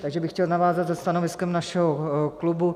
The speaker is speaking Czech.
Takže bych chtěl navázat se stanoviskem našeho klubu.